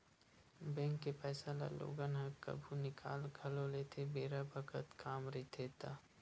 bank के पइसा ल लोगन ह कभु निकाल घलो लेथे बेरा बखत काम रहिथे ता